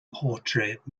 portrait